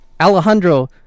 Alejandro